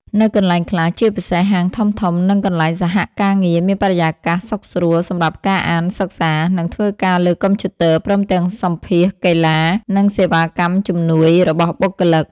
នៅកន្លែងខ្លះជាពិសេសហាងធំៗ និងកន្លែងសហការងារមានបរិយាកាសសុខស្រួល សំរាប់ការអាន សិក្សា និងធ្វើការលើកុំព្យូទ័រ ព្រមទាំងសម្ភាសន៍កីឡា និងសេវាកម្មជំនួយរបស់បុគ្គលិក។